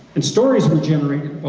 and stories were generated